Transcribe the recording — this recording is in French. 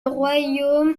royaume